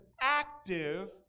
active